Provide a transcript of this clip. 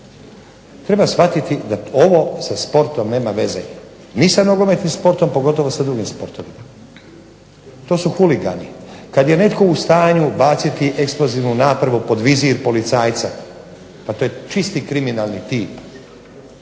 Treba shvatiti da ovo sa sportom nema veze, ni sa nogometnim sportom pogotovo sa drugim sportovima. To su huligani. Kad je netko u stanju baciti eksplozivnu napravu pod vizir policajca, pa to je čisti kriminalni tip.